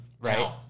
Right